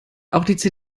auch